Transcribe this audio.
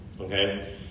okay